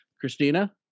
christina